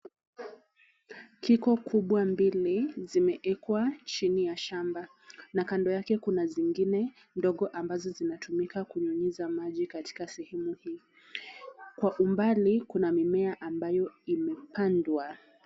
Kiko kubwa mbili zimewekwa chini ya shamba na kando yake kuna zingine ndogo ambazo zinatumika kunyunyiza maji katika sehemu hii. Kwa umbali kuna mimea ambayo imepandwa.